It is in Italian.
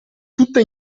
tutta